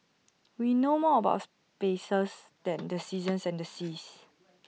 we know more about spaces than the seasons and the seas